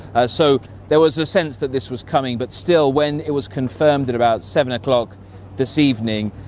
ah so there was a sense that this was coming, but still, when it was confirmed at about seven o'clock this evening,